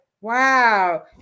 wow